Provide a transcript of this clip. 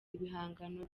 ibihangano